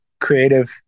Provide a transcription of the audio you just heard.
creative